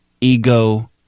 ego